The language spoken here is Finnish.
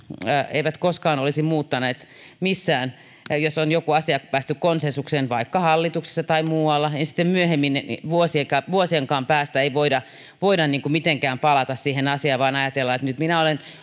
eivät koskaan olisi muuttaneet missään jos on jossakin asiassa päästy konsensukseen vaikka hallituksessa tai muualla niin sitten myöhemmin vuosienkaan päästä ei voida voida mitenkään palata siihen asiaan vaan ajatellaan että nyt minä olen